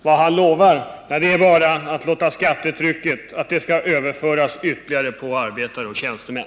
Vad han lovar är bara att skattetrycket ytterligare skall överföras på arbetare och tjänstemän.